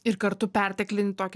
ir kartu perteklinį tokį